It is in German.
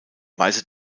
weiße